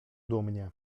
dumnie